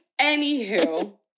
anywho